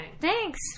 Thanks